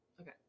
Okay